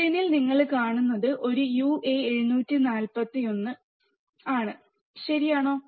സ്ക്രീനിൽ നിങ്ങൾ കാണുന്നത് ഒരു uA741 ഉണ്ട് ശരിയാണ്